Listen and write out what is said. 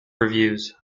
reviews